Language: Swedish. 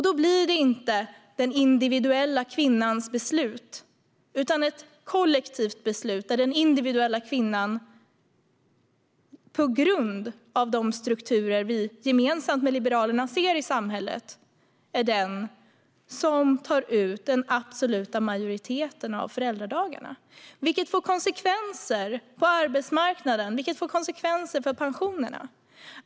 Då blir det inte den individuella kvinnans beslut, utan det blir ett kollektivt beslut då den individuella kvinnan på grund av de strukturer som vi gemensamt med Liberalerna ser i samhället blir den som tar ut den absoluta majoriteten av föräldradagarna. Detta får konsekvenser på arbetsmarknaden, och det får konsekvenser för pensionerna.